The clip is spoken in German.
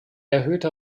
erhöhte